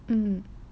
mmhmm